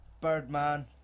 Birdman